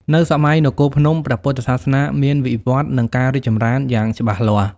នៅសម័យនគរភ្នំ ព្រះពុទ្ធសាសនាមានវិវឌ្ឍន៍ និងការរីកចម្រើនយ៉ាងច្បាស់លាស់ ។